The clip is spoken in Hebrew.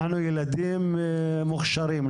אנחנו ילדים מוכשרים,